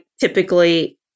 typically